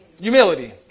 humility